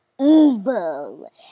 evil